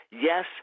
Yes